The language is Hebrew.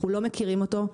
אנחנו לא מכירים אותו,